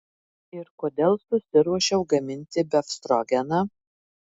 ir kodėl susiruošiau gaminti befstrogeną